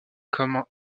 comme